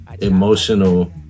emotional